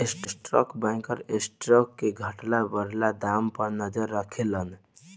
stock broker stock के घटत बढ़त दाम पर नजर राखेलन